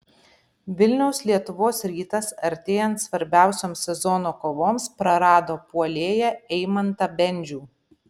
vilniaus lietuvos rytas artėjant svarbiausioms sezono kovoms prarado puolėją eimantą bendžių